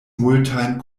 multajn